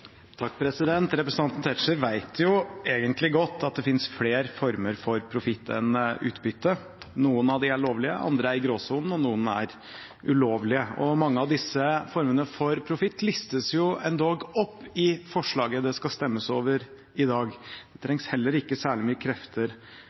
Representanten Tetzschner vet jo egentlig godt at det finnes flere former for profitt enn utbytte. Noen av dem er lovlige, andre er i gråsonen, og noen er ulovlige. Mange av disse formene for profitt listes endog opp i forslaget det skal stemmes over i dag. Det